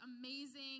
amazing